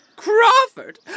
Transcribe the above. Crawford